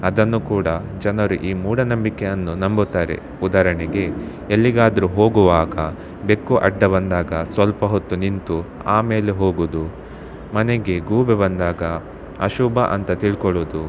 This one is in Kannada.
ಅದನ್ನು ಕೂಡ ಜನರು ಈ ಮೂಢನಂಬಿಕೆಯನ್ನು ನಂಬುತ್ತಾರೆ ಉದಾಹರಣೆಗೆ ಎಲ್ಲಿಗಾದರೂ ಹೋಗುವಾಗ ಬೆಕ್ಕು ಅಡ್ಡ ಬಂದಾಗ ಸ್ವಲ್ಪ ಹೊತ್ತು ನಿಂತು ಆಮೇಲೆ ಹೋಗುವುದು ಮನೆಗೆ ಗೂಬೆ ಬಂದಾಗ ಅಶುಭ ಅಂತ ತಿಳ್ಕೊಳ್ಳೋದು